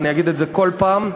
אני אגיד את זה כל פעם,